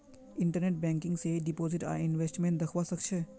internet banking स deposit आर investment दख्वा स ख छ